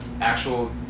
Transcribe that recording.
actual